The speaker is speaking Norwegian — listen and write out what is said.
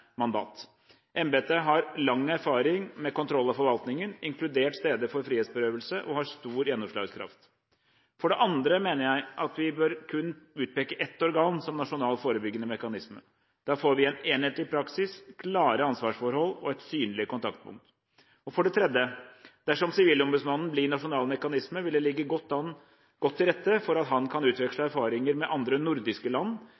mandat. Embetet har lang erfaring med kontroll av forvaltningen, inkludert steder for frihetsberøvelse, og har stor gjennomslagskraft. For det andre mener jeg at vi bør utpeke kun ett organ som nasjonal forebyggende mekanisme. Da får vi en enhetlig praksis, klare ansvarsforhold og et synlig kontaktpunkt. For det tredje: Dersom Sivilombudsmannen blir nasjonal mekanisme, vil det ligge godt til rette for at han kan utveksle erfaringer med andre nordiske land.